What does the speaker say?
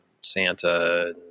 Santa